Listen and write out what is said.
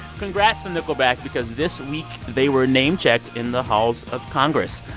congrats to nickelback because, this week, they were name-checked in the halls of congress.